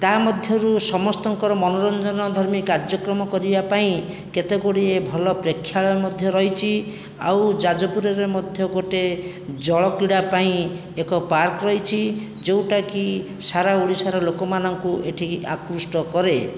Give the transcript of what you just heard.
ତା' ମଧ୍ୟରୁ ସମସ୍ତଙ୍କର ମନୋରଞ୍ଜନଧର୍ମୀ କାର୍ଯ୍ୟକ୍ରମ କରିବା ପାଇଁ କେତେଗୁଡ଼ିଏ ଭଲ ପ୍ରେକ୍ଷାଳୟ ମଧ୍ୟ ରହିଛି ଆଉ ଯାଜପୁରରେ ମଧ୍ୟ ଗୋଟିଏ ଜଳକ୍ରୀଡ଼ା ପାଇଁ ଏକ ପାର୍କ ରହିଛି ଯେଉଁଟାକି ସାରା ଓଡ଼ିଶାର ଲୋକମାନଙ୍କୁ ଏଠିକି ଆକୃଷ୍ଟ କରେ